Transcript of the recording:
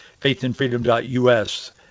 faithandfreedom.us